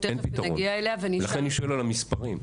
אני שואל על המספרים,